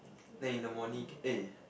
then in the morning can eh